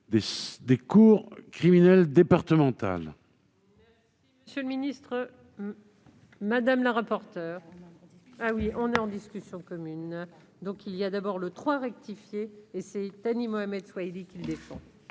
des cours criminelles départementales,